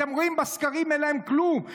אתם רואים, בסקרים אין להם כלום.